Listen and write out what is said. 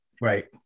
Right